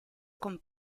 con